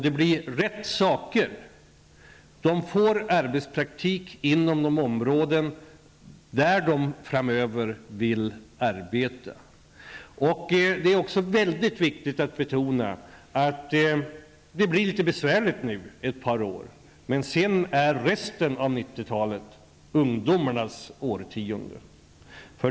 De kommer att få arbetspraktik inom de områden där de vill arbeta framöver. Det är mycket viktigt att betona att det nu blir litet besvärligt ett par år, men resten av 90-talet kommer att vara ungdomarnas årtionde.